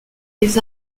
les